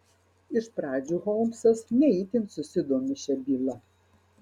iš pradžių holmsas ne itin susidomi šia byla